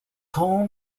home